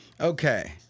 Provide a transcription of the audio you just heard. Okay